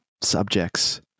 subjects